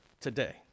today